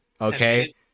okay